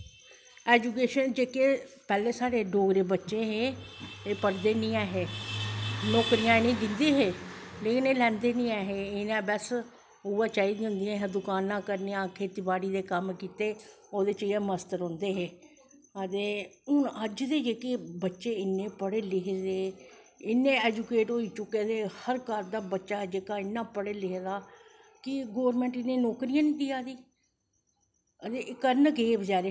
education जेह्के पैह्लैं साढ़े डोगरे बच्चे हे एह् पढ़दे नी ऐहे नौकरियां इनेंगी दिंदे हे लेकिन एह् लैंदे नी ऐहे इनैं बस उऐ चाही दियां होंदियां दकानां करनें आं खेत्ती बाड़ी दे कम्म कीते ओह्दे च गै मस्त रौंह्दे हे ते हून अज्ज दे बच्चे इन्नें पढ़े लिखे दे इन्नें ऐजुकेट होई गेदे हर घर दा बच्चा इन्ना पढ़े लिखे दा कि गौरमैंट इनेंगी नौकरियां गै नी देआ दी ते करन केह् बचैरे